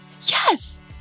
Yes